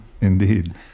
Indeed